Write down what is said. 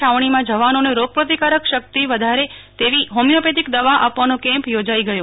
છાવણી માં જવાનો ને રોગ પ્રતિકારક શક્તિ વધારે તેવી જ્ઞેમિયોપેથીક દવા આપવાનો કેમ્પ યોજાઈ ગયો